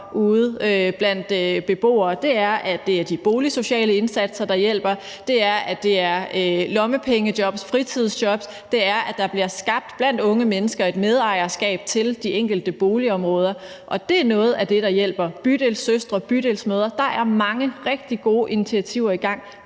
ude blandt beboere, er, at det er de boligsociale indsatser, der hjælper. Det er, at det er lommepengejobs, fritidsjobs. Det er, at der blandt unge mennesker bliver skabt et medejerskab til de enkelte boligområder. Det er noget af det, der hjælper. Bydelssøstre, bydelsmødre – der er mange rigtig gode initiativer i gang.